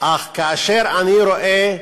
אך כאשר אני רואה,